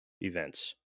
events